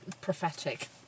prophetic